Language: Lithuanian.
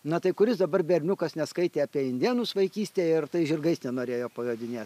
na tai kuris dabar berniukas neskaitė apie indėnus vaikystėje ir tais žirgais tenorėjo pajodinėt